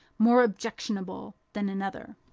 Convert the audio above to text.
more objectionable than another.